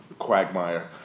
Quagmire